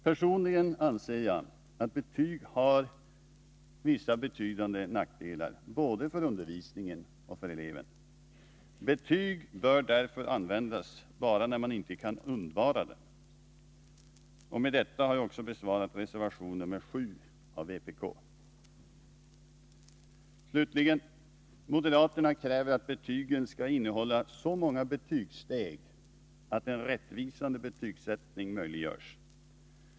Personligen anser jag att betyg har vissa nackdelar både för undervisningen och för eleven. Betyg bör därför användas bara när man inte kan undvara dem. Med detta har jag också besvarat reservation nr 7 av vpk. Slutligen! Moderaterna kräver att betygen skall innehålla så många betygssteg att en rättvisande betygsättning möjliggörs.